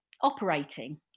operating